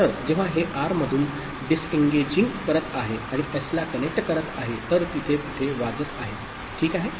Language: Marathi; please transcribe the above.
तर जेव्हा हे आर मधून डिसएन्गजिंग करत आहे आणि एसला कनेक्ट करत आहे तर तिथे तिथे वाजत आहे ठीक आहे